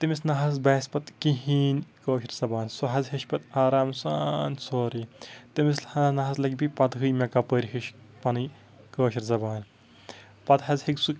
تٔمِس نہٕ حظ باسہِ پَتہٕ کِہیٖنۍ کٲشِر زَبان سُہ حظ ہیٚچھِ پَتہٕ آرام سان سورُے تٔمِس نہٕ حظ لَگہِ بیٚیہِ پَتہٕ ہٕے مےٚ کَپٲرۍ ہیوٚچھ پَنٕنۍ کٲشِر زَبان پَتہٕ حظ ہیٚکہِ سُہ